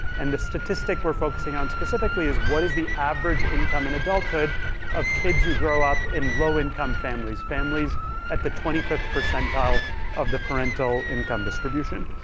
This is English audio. and the statistic we're focusing on specifically is what is the average income in adulthood of kids who grow up in low income families, families at the twenty fifth percentile of the parental income distribution.